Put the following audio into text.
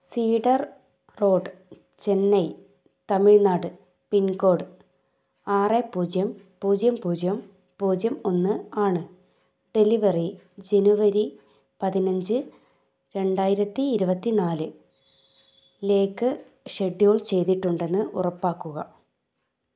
cedar road Chennai Tamil Nadu pin code ആറ് പൂജ്യം പൂജ്യം പൂജ്യം പൂജ്യം ഒന്ന് ആണ് ഡെലിവെറി ജെനുവരി പതിനഞ്ച് രണ്ടായിരത്തി ഇരുപത്തി നാല് ലേക്ക് ഷെഡ്യൂൾ ചെയ്തിട്ടുണ്ടെന്ന് ഉറപ്പാക്കുക